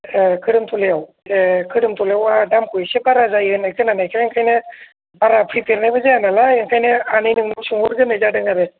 ए कोदोमथलायाव ए कोदोमथलायाव आंहा दामखौ एसे बारा जायो होन्नाय खोनानाय ओंखायनो बारा फैफेरनायबो जाया नालाय ओंखायनो आनै नोंनाव सोंहर गोरनाय जादों आरो